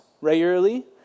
regularly